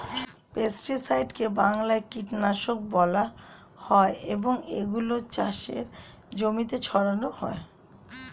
পেস্টিসাইডকে বাংলায় কীটনাশক বলা হয় এবং এগুলো চাষের জমিতে ছড়ানো হয়